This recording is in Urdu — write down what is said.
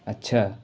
اچھا